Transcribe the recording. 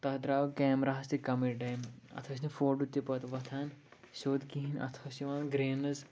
تَتھ درٛاو کیمراہَس تہِ کَمٕے ٹایم اَتھ ٲسۍ نہٕ فوٹو تہِ پَتہٕ وۄتھان سیوٚد کِہیٖنۍ اَتھ ٲسۍ یِوان گرٛینٕز